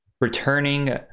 returning